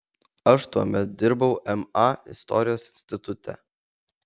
aš tuomet dirbau ma istorijos institute